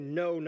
no